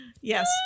Yes